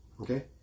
Okay